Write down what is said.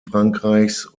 frankreichs